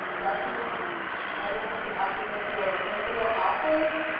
documents evidence of occupancy of a principal office,